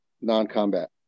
non-combat